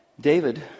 David